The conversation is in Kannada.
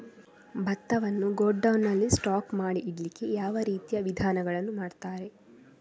ಭತ್ತವನ್ನು ಗೋಡೌನ್ ನಲ್ಲಿ ಸ್ಟಾಕ್ ಮಾಡಿ ಇಡ್ಲಿಕ್ಕೆ ಯಾವ ರೀತಿಯ ವಿಧಾನಗಳನ್ನು ಮಾಡ್ತಾರೆ?